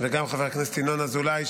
וגם חבר הכנסת ינון אזולאי,